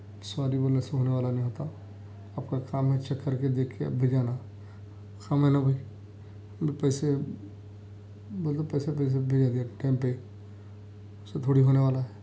sorry بولنے سے ہونے والا نہیں ہوتا آپ کا کام ہے چیک کر کے دیکھ کے بھیجانا ہمیں نہ بھائی پیسے بولے تو پیسے پیسے بھیجا دیئے ٹائم پہ ایسے تھوڑی ہونے والا ہے